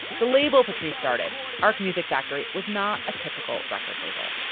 the label petrie's started ark music factory was not a typical record label